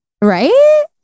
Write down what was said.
right